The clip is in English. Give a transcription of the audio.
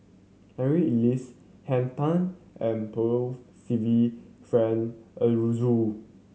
Harry Elias Henn Tan and Percival Frank Aroozoo